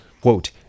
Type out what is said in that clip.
Quote